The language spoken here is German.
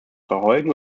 verheugen